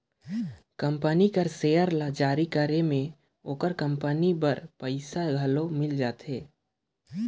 company कर share ल जारी करे में ओकर कंपनी बर पइसा घलो मिल जाथे